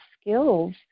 skills